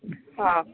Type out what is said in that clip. हां